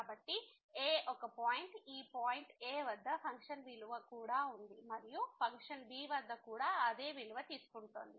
కాబట్టి a ఒక point ఈ పాయింట్ a వద్ద ఫంక్షన్ విలువ కూడా ఉంది మరియు ఫంక్షన్ b వద్ద కూడా అదే విలువ తీసుకుంటోంది